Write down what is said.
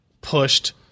pushed